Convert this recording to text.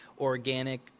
organic